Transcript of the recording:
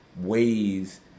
ways